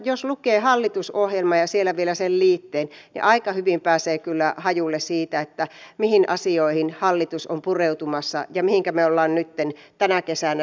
jos lukee hallitusohjelman ja sieltä vielä sen liitteen niin aika hyvin pääsee kyllä hajulle siitä mihin asioihin hallitus on pureutumassa ja mihinkä me olemme nytten tänä kesänä sen työn tehneet